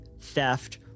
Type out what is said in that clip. theft